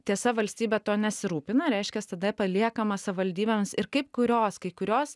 tiesa valstybė tuo nesirūpina reiškias tada paliekama savivaldybėms ir kaip kurios kai kurios